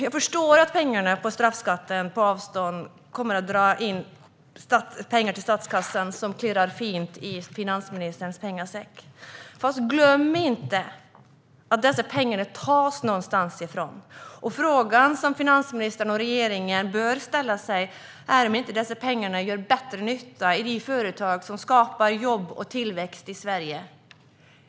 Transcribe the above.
Jag förstår att straffskatten på avstånd kommer att dra in pengar till statskassan som klirrar fint i finansministerns pengasäck, men vi får inte glömma att dessa pengar tas någonstans ifrån. Frågan som finansministern och regeringen bör ställa sig är om inte dessa pengar gör större nytta i de företag som skapar jobb och tillväxt i Sverige.